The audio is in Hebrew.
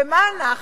ומה אנחנו?